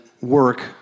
work